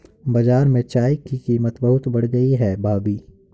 बाजार में चाय की कीमत बहुत बढ़ गई है भाभी